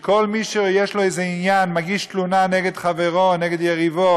כל מי שיש לו איזה עניין מגיש תלונה נגד חברו או נגד יריבו